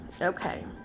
Okay